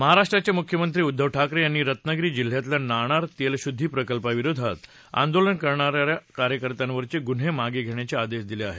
महाराष्ट्राचे मुख्यमंत्री उद्धव ठाकरे यांनी रत्नागिरी जिल्ह्यातल्या नाणार तेलशुद्धी प्रकल्पाविरोधात आंदोलन करणाऱ्या कार्यकर्त्यावरचे गुन्हे मागे घेण्याचे आदेश दिले आहेत